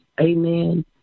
Amen